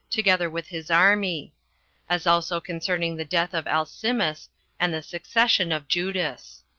together with his army as also concerning the death of alcimus and the succession of judas.